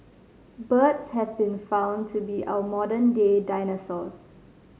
birds have been found to be our modern day dinosaurs